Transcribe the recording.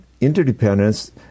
interdependence